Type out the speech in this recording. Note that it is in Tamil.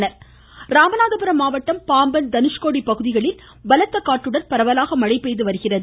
மழை ராமநாதபுரம் ராமநாதபுரம் மாவட்டம் பாம்பன் தனுஷ்கோடி பகுதிகளில் பலத்தகாற்றுடன் பரவலாக மழை பெய்து வருகிறது